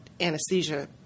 anesthesia